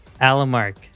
Alamark